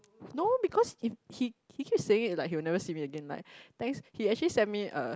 no because he he he keeps saying like he will never see me again like thanks he actually send me a